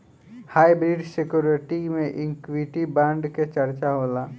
hybrid security में equity bond के चर्चा होला